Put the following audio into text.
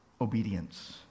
obedience